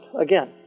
again